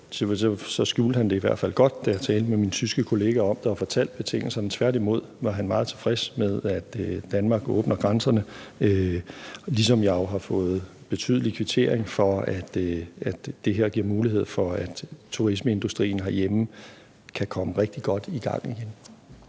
kollega det i hvert fald godt, da jeg talte med ham om det og fortalte om betingelserne. Tværtimod var han meget tilfreds med, at Danmark åbner grænserne, ligesom jeg jo har fået betydelig kvittering for, at det her giver mulighed for, at turismeindustrien herhjemme kan komme rigtig godt i gang igen.